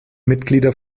mitglieder